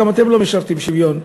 גם אתם לא משרתים בשוויון,